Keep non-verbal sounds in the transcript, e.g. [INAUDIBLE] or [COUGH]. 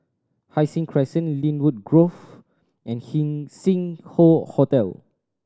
Hai Sing Crescent Lynwood Grove and [UNINTELLIGIBLE] Sing Hoe Hotel